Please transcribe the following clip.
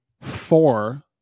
four